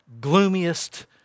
gloomiest